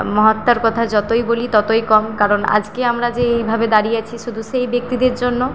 মহাত্মার কথা যতই বলি ততই কম কারণ আজকে আমরা যে এইভাবে দাঁড়িয়ে আছি শুধু সেই ব্যক্তিদের জন্য